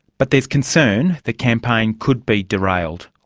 but there is concern the campaign could be derailed,